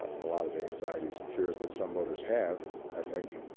a lot of the anxieties and fears that some voters have, i think,